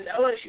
LSU